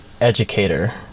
educator